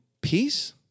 peace